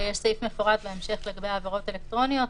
יש בהמשך לגבי העברות אלקטרוניות,